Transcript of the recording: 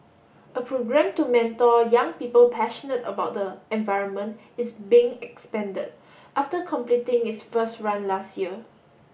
a programme to mentor young people passionate about the environment is being expanded after completing its first run last year